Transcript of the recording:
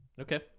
Okay